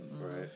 Right